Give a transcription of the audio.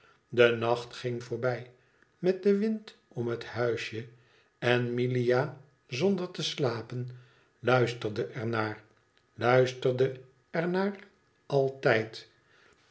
de nacht ging voorbij met den wind om het huisje en milia zonder te slapen luisterde er naar luisterde er naar altijd